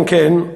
כן כן,